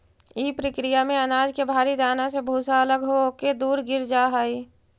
इ प्रक्रिया में अनाज के भारी दाना से भूसा अलग होके दूर गिर जा हई